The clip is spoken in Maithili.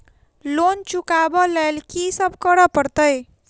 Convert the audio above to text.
लोन चुका ब लैल की सब करऽ पड़तै?